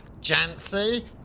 Jancy